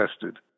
tested